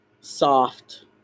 soft